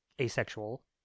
asexual